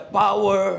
power